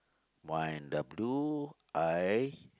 why in the blue I